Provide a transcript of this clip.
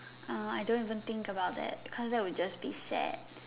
uh I don't even think about that cause that will just be sad